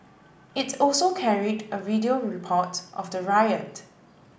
it also carried a video report of the riot